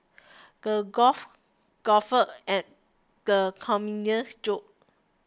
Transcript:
the golf guffawed at the comedian's jokes